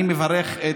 אני מברך,